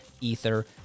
Ether